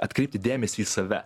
atkreipti dėmesį į save